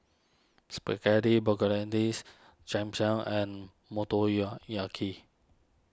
Spaghetti Bolognese Cham Cham and